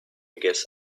guess